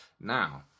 Now